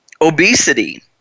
Obesity